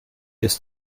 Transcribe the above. ist